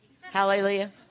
Hallelujah